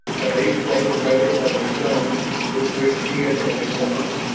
at least they were better than the stone with which he had entered the hunt.